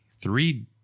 three